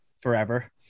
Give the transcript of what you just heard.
forever